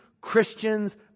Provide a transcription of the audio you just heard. Christians